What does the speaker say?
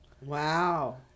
Wow